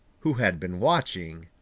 who had been watching,